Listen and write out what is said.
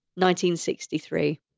1963